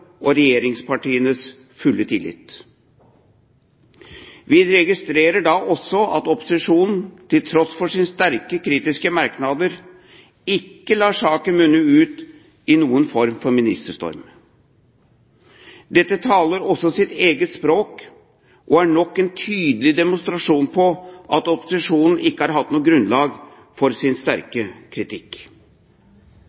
og regjeringspartienes fulle tillit. Vi registrerer også at opposisjonen, til tross for sine sterkt kritiske merknader, ikke lar saken munne ut i noen form for ministerstorm. Dette taler også sitt eget språk og er nok en tydelig demonstrasjon på at opposisjonen ikke har hatt noe grunnlag for sin